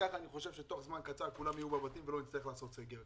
כך אני חושב שבתוך זמן קצר כולם יהיו בבתים ולא נצטרך לעשות סגר.